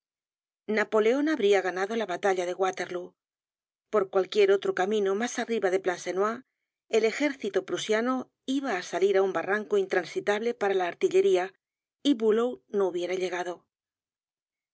napoleon habria ganado la batalla de waterlóo por cualquier otro camino mas arriba de plancenoit el ejército prusiano iba á salir á un barranco intransitable para la artillería y bulow no hubiera llegado ahora